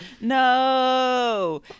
No